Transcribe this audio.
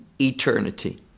eternity